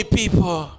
people